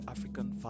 African